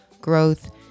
growth